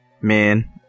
Man